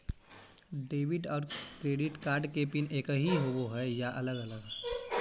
Debit और credit card के pin एकही होव हइ या अलग अलग?